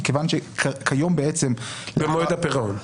מכיוון שכיום בעצם --- במועד הפירעון.